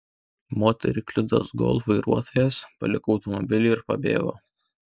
moterį kliudęs golf vairuotojas paliko automobilį ir pabėgo